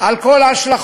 על כל ההשלכות?